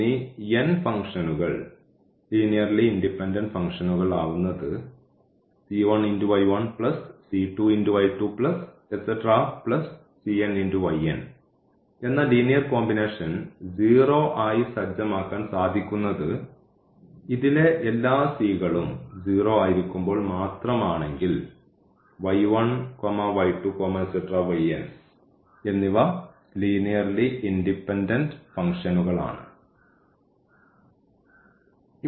എന്നീ ഫംഗ്ഷനുകൾ linearly independent ഫംഗ്ഷനുകൾ ആവുന്നത് എന്ന ലീനിയർ കോമ്പിനേഷൻ 0 ആയി സജ്ജമാക്കാൻ സാധിക്കുന്നത് ഇതിലെ എല്ലാ കളും 0 ആയിരിക്കുമ്പോൾ മാത്രമാണെങ്കിൽ എന്നിവ ലീനിയർലി ഇൻഡിപെൻഡൻറ് ഫംഗ്ഷനുകൾ ആണ്